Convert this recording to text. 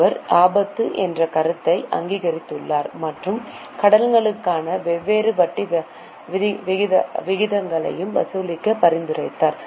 அவர் ஆபத்து என்ற கருத்தை அங்கீகரித்துள்ளார் மற்றும் கடன்களுக்கான வெவ்வேறு வட்டி விகிதங்களை வசூலிக்க பரிந்துரைத்தார்